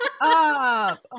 up